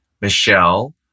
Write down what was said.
Michelle